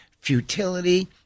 futility